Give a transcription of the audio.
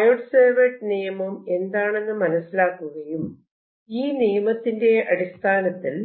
Biot സാവേർട്ട് നിയമം എന്താണെന്ന് മനസിലാക്കുകയും ഈ നിയമത്തിന്റെ അടിസ്ഥാനത്തിൽ